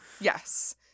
Yes